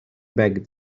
back